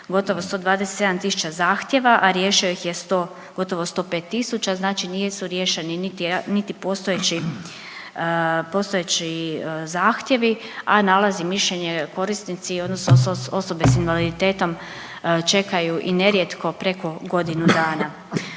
gotovo 127 tisuća zahtjeva, a riješilo ih je gotovo 105 tisuća, znači nisu riješeni niti postojeći zahtjevi, a nalaz i mišljenje korisnici odnosno osobe s invaliditetom čekaju i nerijetko preko godinu dana